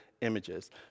images